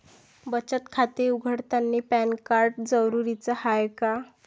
बचत खाते उघडतानी पॅन कार्ड जरुरीच हाय का?